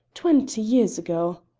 twenty years ago!